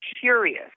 curious